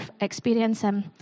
experiencing